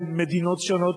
במדינות שונות,